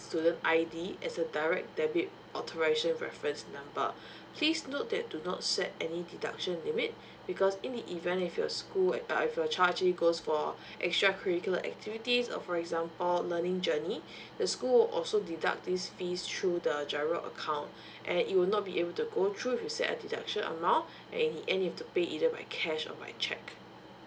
student I_D as a direct debit authorisation reference number please note that do not set any deduction limit because in the event if your school err if your child actually goes for extra curricular activities uh for example learning journey the school will also deduct this fees through the GIRO account and it will not be able to go through if you set a deduction amount and in the end you've to pay either by cash or by cheque